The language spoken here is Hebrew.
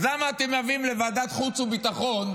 אז למה אתם מביאים לוועדת חוץ וביטחון,